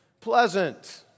pleasant